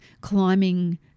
climbing